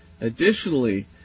Additionally